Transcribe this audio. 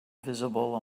visible